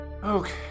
Okay